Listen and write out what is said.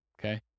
okay